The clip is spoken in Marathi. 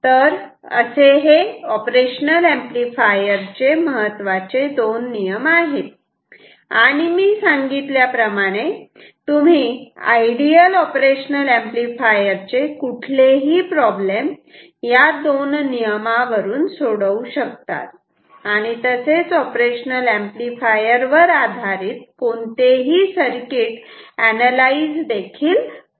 तर असे हे ऑपरेशनल ऍम्प्लिफायर चे महत्वाचे दोन नियम आहेत आणि मी सांगितल्याप्रमाणे तुम्ही आयडियल ऑपरेशनल ऍम्प्लिफायर चे कुठलेही प्रॉब्लेम या दोन नियमावरून सोडवू शकतात आणि तसेच ऑपरेशनल ऍम्प्लिफायर वर आधारित कोणतेही सर्किट अनालाइज देखील करू शकतात